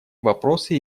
вопросы